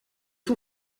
son